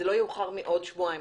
לא יאוחר מעוד שבועיים.